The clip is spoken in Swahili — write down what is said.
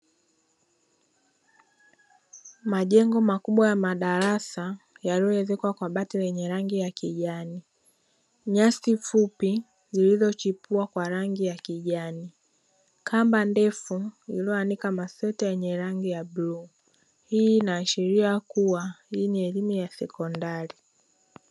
Majengo makubwa ya madarasa yaliyo ezekwa kwa bati lenye rangi ya kijani nyasi fupi zilizochipua kwa rangi ya kijani, kamba ndefu iliyoanika masweta yenye rangi ya bluu hii inashiria kuwa hii ni elimu ya sekondari.